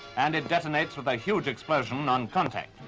and it detonates with a huge explosion on contact.